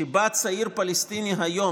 כשבא צעיר פלסטיני היום,